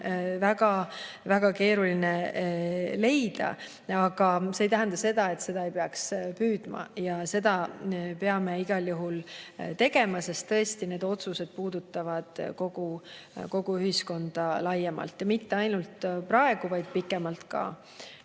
väga keeruline leida. Aga see ei tähenda, et seda ei peaks püüdma leida. Seda peame igal juhul tegema, sest need otsused puudutavad kogu ühiskonda laiemalt ja mitte ainult praegu, vaid ka pikemas